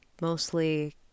mostly